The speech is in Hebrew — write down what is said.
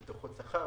דוחות שכר.